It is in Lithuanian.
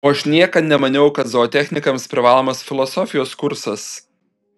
o aš niekad nemaniau kad zootechnikams privalomas filosofijos kursas